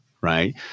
right